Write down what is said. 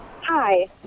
Hi